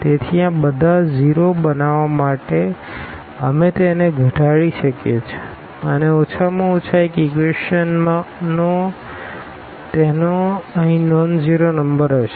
તેથી આ બધા 0 બનાવવા માટે અમે તેને વધુ ઘટાડી શકીએ છીએ અને ઓછામાં ઓછા એક ઇક્વેશનનો માં તેઓ અહીં નોનઝીરો નંબર હશે